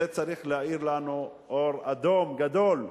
זה צריך להאיר לנו אור אדום גדול,